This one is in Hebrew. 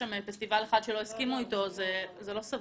שם פסטיבל אחד שלא הסכימו אתו זה לא סביר.